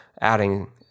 adding